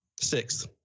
Sixth